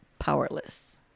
powerless